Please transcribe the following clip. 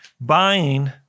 buying